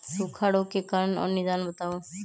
सूखा रोग के कारण और निदान बताऊ?